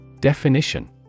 Definition